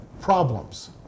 problems